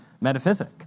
metaphysic